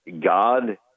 God